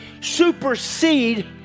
supersede